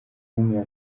alubumu